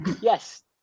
yes